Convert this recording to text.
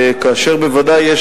כאשר בוודאי,